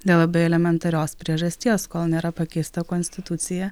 dėl labai elementarios priežasties kol nėra pakeista konstitucija